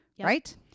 right